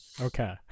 Okay